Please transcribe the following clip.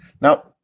Now